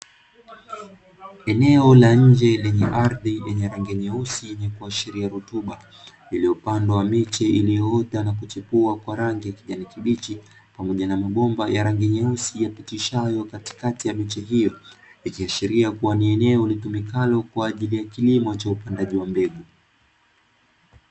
Eneo la nje lenye ardhi yenye rangi nyeusi yenye kuashiria rutuba, iliyopandwa miche iliyoota na kuchipua kwa rangi ya kijani kibichi, pamoja na mabomba ya rangi nyeusi yapitishwayo katikati ya miche hiyo, ikiashiria kuwa ni eneo litumikalo kwa ajili ya kilimo cha upandaji wa mbegu.